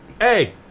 hey